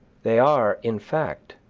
they are, in fact,